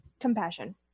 compassion